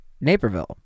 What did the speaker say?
Naperville